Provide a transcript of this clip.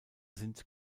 sind